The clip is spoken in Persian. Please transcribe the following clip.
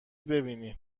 ببینی